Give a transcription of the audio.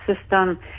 system